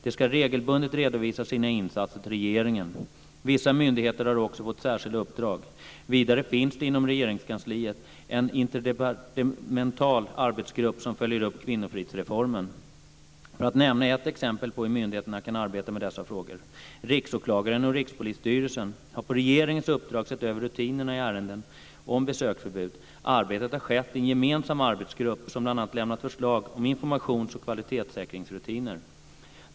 De ska regelbundet redovisa sina insatser till regeringen. Vissa myndigheter har också fått särskilda uppdrag. Vidare finns det inom Regeringskansliet en interdepartemental arbetsgrupp som följer upp kvinnofridsreformen. Jag kan nämna ett exempel på hur myndigheterna kan arbeta med dessa frågor: Riksåklagaren och Rikspolisstyrelsen har på regeringens uppdrag sett över rutinerna i ärenden om besöksförbud. Arbetet har skett i en gemensam arbetsgrupp, som bl.a. har lämnat förslag om informations och kvalitetssäkringsrutiner.